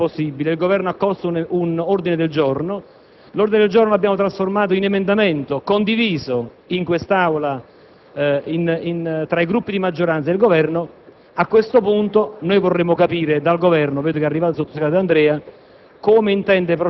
Ci dissero che non era possibile; il Governo accolse allora un ordine del giorno. L'ordine del giorno è stato poi trasformato in emendamento, condiviso in quest'Aula fra i Gruppi di maggioranza e il Governo. A questo punto, vorremmo capire dal Governo - vedo che è arrivato il sottosegretario D'Andrea